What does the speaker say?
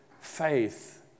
faith